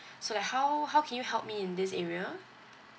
so like how how can you help me in this area